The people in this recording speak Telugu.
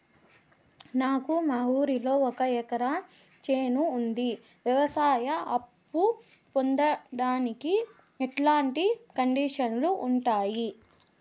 నాకు మా ఊరిలో ఒక ఎకరా చేను ఉంది, వ్యవసాయ అప్ఫు పొందడానికి ఎట్లాంటి కండిషన్లు ఉంటాయి?